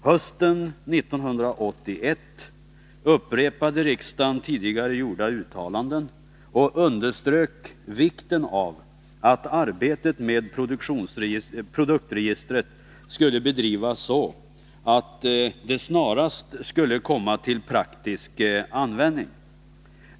Hösten 1981 upprepade riksdagen tidigare gjorda uttalanden och underströk vikten av att arbetet med produktregistret skulle bedrivas så att det snarast skulle komma till praktisk användning.